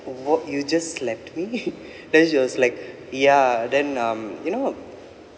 what you just slapped me then she was like ya then um you know